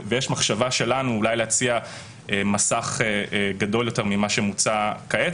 ויש מחשבה שלנו אולי להציע מסך גדול יותר ממה שמוצע כעת.